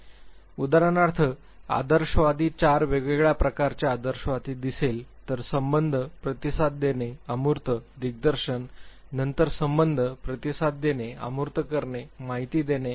उदाहरणार्थ आदर्शवादी चार वेगवेगळ्या प्रकारचे आदर्शवादी दिसले तर संबद्ध प्रतिसाद देणे अमूर्त दिग्दर्शन नंतर संबद्ध प्रतिसाद देणे अमूर्त करणे माहिती देणे